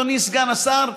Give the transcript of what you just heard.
אדוני סגן השר,